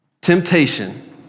Temptation